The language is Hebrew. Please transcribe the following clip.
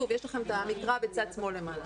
יש לכם את המקרא בצד שמאל למעלה.